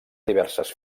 diverses